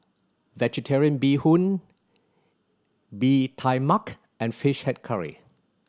Vegetarian Bee Hoon Bee Tai Mak and Fish Head Curry